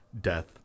death